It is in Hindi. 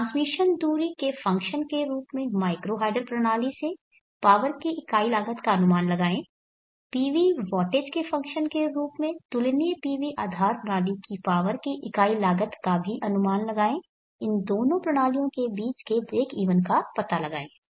ट्रांसमिशन दूरी के फ़ंक्शन के रूप में माइक्रो हाइडल प्रणाली से पावर की इकाई लागत का अनुमान लगाएं PV वॉटेज के फ़ंक्शन के रूप में तुलनीय PV आधार प्रणाली की पावर की इकाई लागत का भी अनुमान लगाएं इन दोनों प्रणालियों के बीच के ब्रेकइवन का पता लगाएं